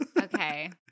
Okay